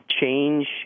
Change